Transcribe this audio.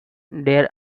there